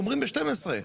גומרים ב-12:00,